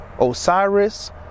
Osiris